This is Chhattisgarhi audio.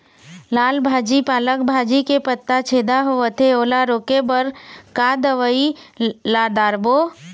लाल भाजी पालक भाजी के पत्ता छेदा होवथे ओला रोके बर का दवई ला दारोब?